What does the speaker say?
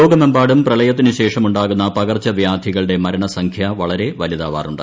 ലോകമെമ്പാടും പ്രളയത്തിന് ശേഷമുണ്ടാകുന്ന പകർച്ചവ്യാധികളുടെ മരണ സംഖൃ വളരെ വലുതാവാറുണ്ട്